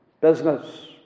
business